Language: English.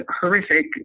horrific